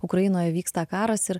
ukrainoje vyksta karas ir